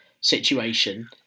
situation